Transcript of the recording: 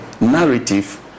narrative